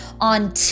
on